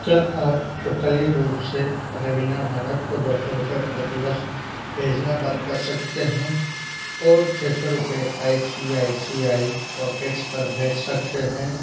क्या आप स्वचालित रूप से रवीना भनोट को दो सौ रुपये प्रतिवर्ष भेजना बंद कर सकते हैं और छ सौ रुपये I C I C I pockets पर भेज सकते हैं